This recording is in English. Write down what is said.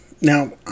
Now